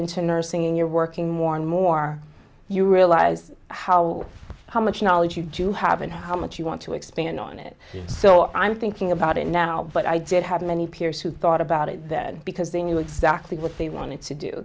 into nursing you're working more and more you realize how how much knowledge you do have and how much you want to expand on it so i'm thinking about it now but i did have many peers who thought about it that because they knew exactly what they wanted to do